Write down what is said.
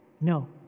no